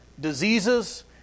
diseases